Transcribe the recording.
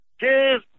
Cheers